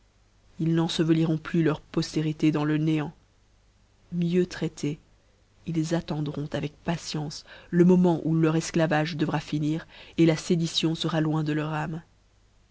ils n'enfeveliront plus leur poftérité dans le néant mieux traités ils attendront avec patience le moment ou leur esclavage devra finir la sédition fera loin de leur ame